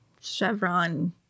Chevron